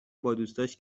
بادوستاش